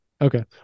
Okay